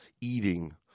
eating